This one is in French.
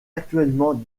actuellement